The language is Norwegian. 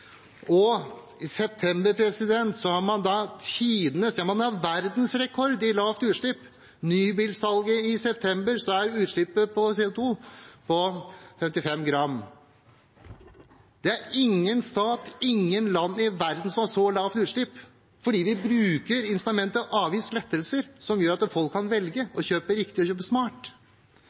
og i september hadde man verdensrekord i lavt utslipp. Når det gjelder nybilsalget: I september var utslippet av CO2 på 55 gram. Det er ingen land i verden som har så lavt utslipp. Det er fordi vi bruker incitamentet avgiftslettelser, som gjør at folk kan velge å kjøpe riktig og kjøpe smart.